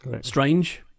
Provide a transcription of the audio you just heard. strange